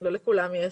לא לכולן יש.